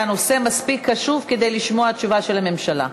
הנושא מספיק חשוב כדי לשמוע את תשובת הממשלה.